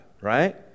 right